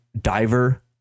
diver